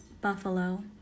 buffalo